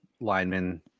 linemen